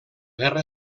guerra